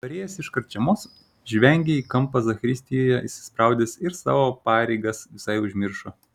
parėjęs iš karčiamos žvengė į kampą zakristijoje įsispraudęs ir savo pareigas visai užmiršo